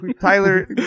Tyler